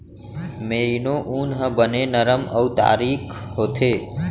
merino ऊन ह बने नरम अउ तारीक होथे